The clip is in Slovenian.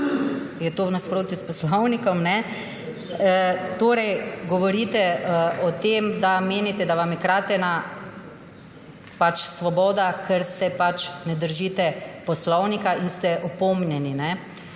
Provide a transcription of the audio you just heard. je to v nasprotju s poslovnikom. Torej, govorite o tem, da menite, da vam je kratena svoboda, ker se ne držite poslovnika in ste opomnjeni.